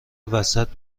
وسط